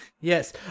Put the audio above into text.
Yes